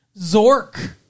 Zork